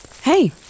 Hey